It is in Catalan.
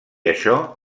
això